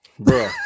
Bro